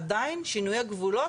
עדיין שינויי גבולות,